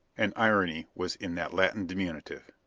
an irony was in that latin diminutive!